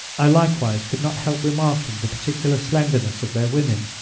i likewise could not help remarking the particular slenderness of their women,